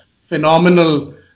phenomenal